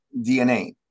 DNA